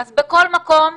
אז בכל מקום מסוכן,